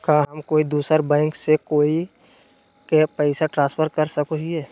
का हम कोई दूसर बैंक से कोई के पैसे ट्रांसफर कर सको हियै?